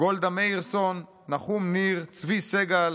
גולדה מאירסון, נחום ניר, צבי סגל,